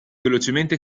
velocemente